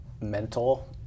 mental